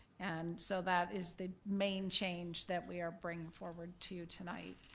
and so that is the main change that we are bringing forward to you tonight.